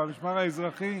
או למשמר האזרחי